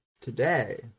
today